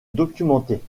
documentés